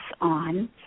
on